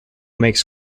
makes